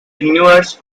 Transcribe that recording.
universe